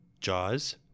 Jaws